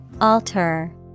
Alter